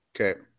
Okay